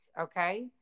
okay